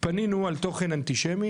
פנינו על תוכן אנטישמי